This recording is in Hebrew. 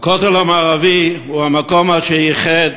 הכותל המערבי הוא המקום שאיחד